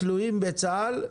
תלויים בצה"ל,